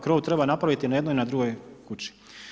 Krov treba napraviti i na jednoj i na drugoj kući.